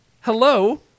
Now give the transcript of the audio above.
hello